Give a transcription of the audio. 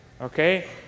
Okay